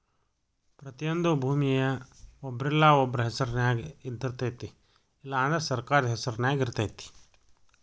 ಪ್ರತಿಯೊಂದು ಭೂಮಿಯ ಒಬ್ರಿಲ್ಲಾ ಒಬ್ರ ಹೆಸರಿನ್ಯಾಗ ಇದ್ದಯಿರ್ತೈತಿ ಇಲ್ಲಾ ಅಂದ್ರ ಸರ್ಕಾರದ ಹೆಸರು ನ್ಯಾಗ ಇರ್ತೈತಿ